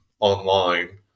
online